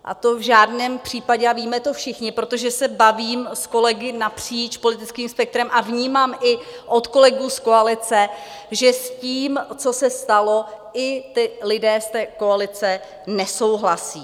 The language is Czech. A to v žádném případě, a víme to všichni, protože se bavím s kolegy napříč politickým spektrem a vnímám i od kolegů z koalice, že s tím, co se stalo, i ti lidé z té koalice nesouhlasí.